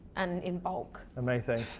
and in bulk. amazing.